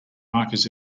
markers